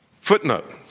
Footnote